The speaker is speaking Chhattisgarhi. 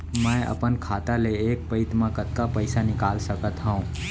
मैं अपन खाता ले एक पइत मा कतका पइसा निकाल सकत हव?